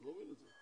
אני לא מבין את זה,